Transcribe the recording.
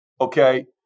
okay